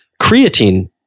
creatine